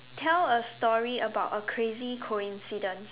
tell a story about a crazy coincidence